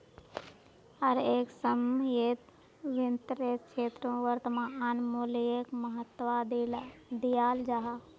हर एक समयेत वित्तेर क्षेत्रोत वर्तमान मूल्योक महत्वा दियाल जाहा